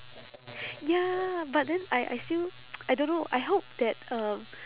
ya but then I I still I don't know I hope that um